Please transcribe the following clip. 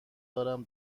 دارم